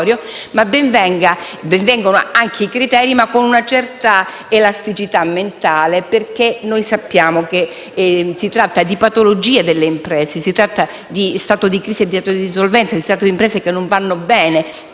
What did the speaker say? Ben vengano anche i criteri, ma con una certa elasticità mentale, perché sappiamo che si tratta di patologie delle imprese, si tratta di stati di crisi e di insolvenza, si tratta di imprese che non vanno bene.